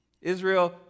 Israel